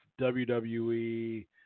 WWE